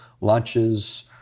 lunches